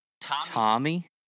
Tommy